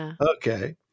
okay